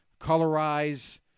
Colorize